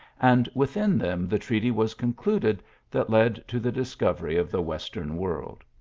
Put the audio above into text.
and within them the treaty was concluded that led to the discovery of the western world.